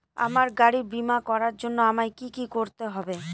আমার গাড়ির বীমা করার জন্য আমায় কি কী করতে হবে?